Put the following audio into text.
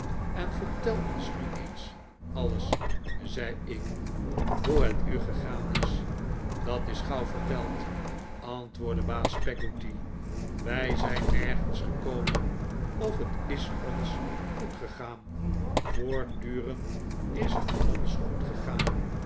en vertel ons nu eens alles zei ik hoe het u gegaan is dat is gauw verteld antwoordde baas peggotty wij zijn nergens gekomen of het is ons goed gegaan voortdurend is het ons goed gegaan